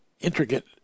intricate